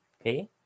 okay